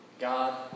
God